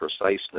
preciseness